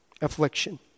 affliction